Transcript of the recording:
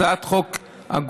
הצעת חוק הגונה,